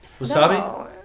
Wasabi